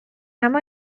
اما